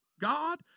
God